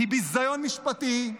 היא ביזיון משפטי.